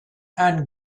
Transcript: and